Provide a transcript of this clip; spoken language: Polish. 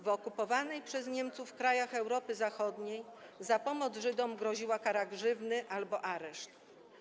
W okupowanych przez Niemców krajach Europy Zachodniej za pomoc Żydom groziła kara grzywny albo areszt.